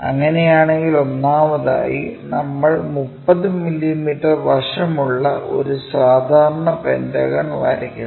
അങ്ങനെയാണെങ്കിൽ ഒന്നാമതായി നമ്മൾ 30 മില്ലീമീറ്റർ വശമുള്ള ഒരു സാധാരണ പെന്റഗൺ വരയ്ക്കുന്നു